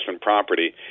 property